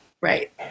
Right